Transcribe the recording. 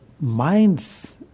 minds